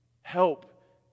help